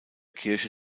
kirche